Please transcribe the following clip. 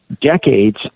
decades